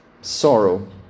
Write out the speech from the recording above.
Sorrow